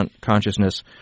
consciousness